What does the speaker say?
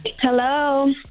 Hello